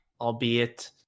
albeit